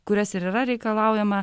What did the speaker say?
kurias ir yra reikalaujama